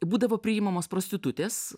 būdavo priimamos prostitutės